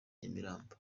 nyamirambo